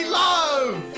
love